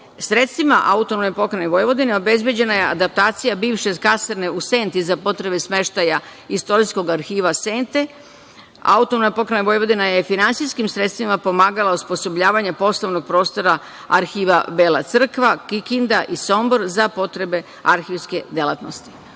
Vojvodine. Sredstvima AP Vojvodine obezbeđena je adaptacija bivše kasarne u Senti za potrebe smeštaja Istorijskog arhiva Sente. Autonomna pokrajina Vojvodina je finansijskim sredstvima pomagala osposobljavanje poslovnog prostora Arhiva Bela crkva, Kikinda i Sombor za potrebe arhivske delatnosti. Ono